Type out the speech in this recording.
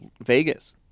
Vegas